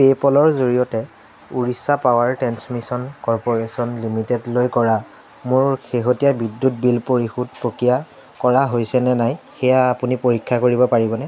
পে'পলৰ জৰিয়তে Orissa power transmission corporation লিমিটেডলৈ কৰা মোৰ শেহতীয়া বিদ্যুৎ বিল পৰিশোধ প্ৰক্ৰিয়া কৰা হৈছেনে নাই সেয়া আপুনি পৰীক্ষা কৰিব পাৰিবনে